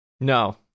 No